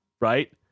right